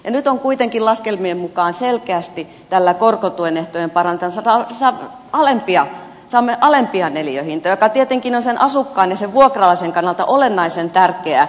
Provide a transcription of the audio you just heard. nyt kuitenkin laskelmien mukaan selkeästi tällä korkotuen ehtojen parantamisella saamme alempia neliöhintoja mikä tietenkin on sen asukkaan ja sen vuokralaisen kannalta olennaisen tärkeää